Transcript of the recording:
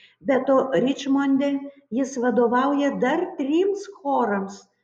be to ričmonde jis vadovauja dar trims chorams